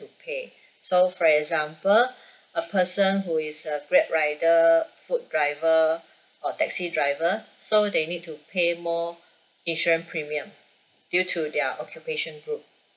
to pay so for example a person who is a grab rider food driver or taxi driver so they need to pay more insurance premium due to their occupation group